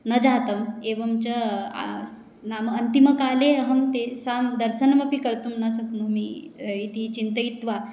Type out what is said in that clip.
न जातम् एवं च नाम अन्तिमकाले अहं तेषां दर्शनमपि कर्तुं न शक्नोमि इति चिन्तयित्वा